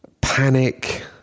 panic